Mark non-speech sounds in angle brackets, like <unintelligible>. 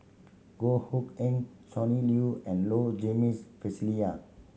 Goh Hood Keng Sonny Liew and Low Jimenez <unintelligible>